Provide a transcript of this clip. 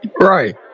Right